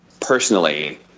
personally